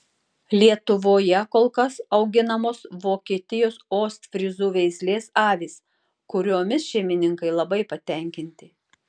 lietuvoje kol kas auginamos vokietijos ostfryzų veislės avys kuriomis šeimininkai labai patenkinti